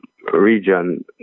region